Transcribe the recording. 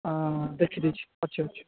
ଦେଖି ଦେଇଛି ଅଛି ଅଛି